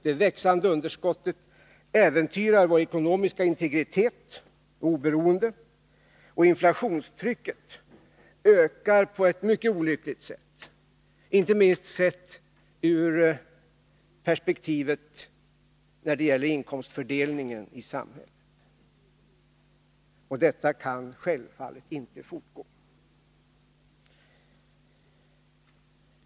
Det växande underskottet äventyrar vår ekonomiska integritet och vårt oberoende, och inflationstrycket ökar på ett mycket olyckligt sätt, inte minst sett i perspektivet av inkomstfördelningen i samhället. Detta kan självfallet inte fortgå.